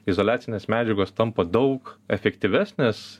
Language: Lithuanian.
izoliacinės medžiagos tampa daug efektyvesnės